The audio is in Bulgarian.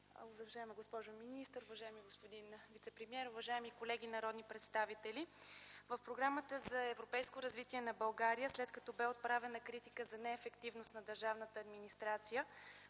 Уважаема госпожо министър, уважаеми господин вицепремиер, уважаеми колеги народни представители! В Програмата за европейско развитие на България, след като бе отправена критика за неефективност на държавната администрация,